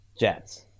Jets